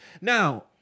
Now